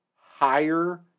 higher